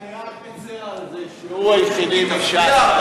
אני רק מצר על זה שהוא היחידי מש"ס,